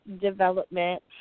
development